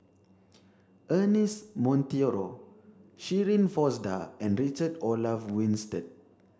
Ernest Monteiro Shirin Fozdar and Richard Olaf Winstedt